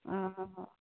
हँ